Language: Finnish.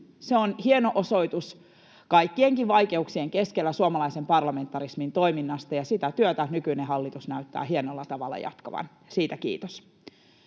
Se on hieno osoitus kaikkien vaikeuksienkin keskellä suomalaisen parlamentarismin toiminnasta, ja sitä työtä nykyinen hallitus näyttää hienolla tavalla jatkavan, siitä kiitos.